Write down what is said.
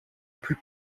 plus